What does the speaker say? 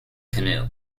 canoe